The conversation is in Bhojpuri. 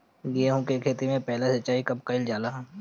गेहू के खेती मे पहला सिंचाई कब कईल जाला?